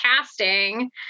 casting